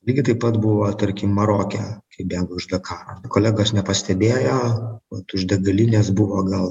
lygiai taip pat buvo tarkim maroke kai bėgau iš dakaro kolegos nepastebėjo vat už degalinės buvo gal